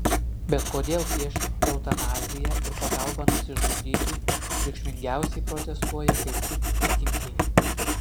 bet kodėl prieš eutanaziją ir pagalbą nusižudyti triukšmingiausiai protestuoja kaip tik tikintieji